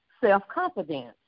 self-confidence